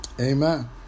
Amen